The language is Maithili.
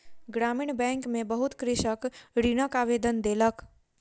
ग्रामीण बैंक में बहुत कृषक ऋणक आवेदन देलक